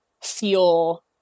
feel